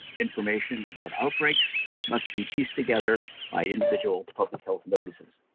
information about outbreaks must be pieced together by individual public health notices.